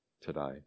today